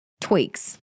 Tweaks